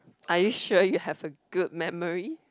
are you sure you have a good memory